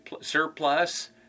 surplus